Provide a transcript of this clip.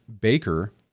Baker